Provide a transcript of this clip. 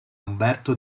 umberto